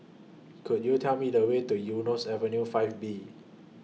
Could YOU Tell Me The Way to Eunos Avenue five B